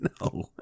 No